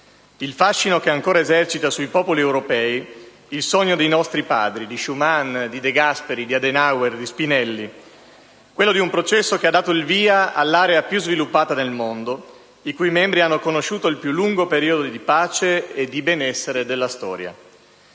il fascino che ancora esercita sui popoli europei, il sogno dei nostri padri (di Schumann, De Gasperi, Adenauer, Spinelli), quello di un processo che ha dato il via all'area più sviluppata del mondo, i cui membri hanno conosciuto il più lungo periodo di pace e di benessere della storia.